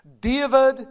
David